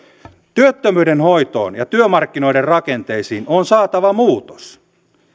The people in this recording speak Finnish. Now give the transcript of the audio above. työttömyyden hoitoon ja työmarkkinoiden rakenteisiin on saatava muutos